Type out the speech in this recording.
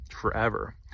forever